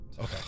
Okay